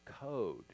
code